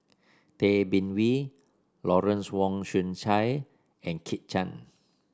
Tay Bin Wee Lawrence Wong Shyun Tsai and Kit Chan